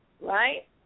right